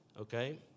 Okay